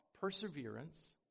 Perseverance